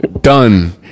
Done